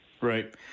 Right